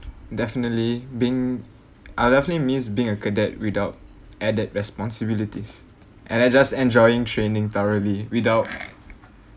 definitely being I definitely miss being a cadet without added responsibilities and I just enjoying training thoroughly without